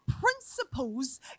principles